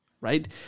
right